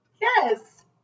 Yes